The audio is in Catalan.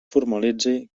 formalitzi